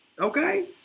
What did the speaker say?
okay